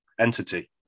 entity